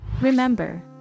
Remember